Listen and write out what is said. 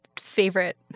favorite